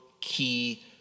key